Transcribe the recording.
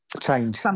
Change